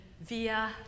via